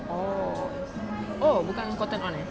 oh oh bukan cotton on eh